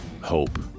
hope